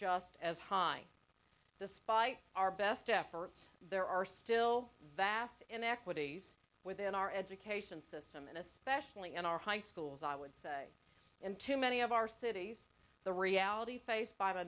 just as high despite our best efforts there are still vast inequities within our education system and especially in our high schools i would say in too many of our cities the reality faced by the